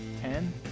Ten